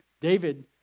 David